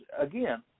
again